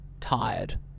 tired